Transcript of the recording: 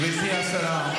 גברתי השרה,